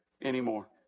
anymore